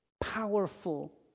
powerful